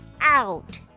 Out